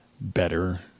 better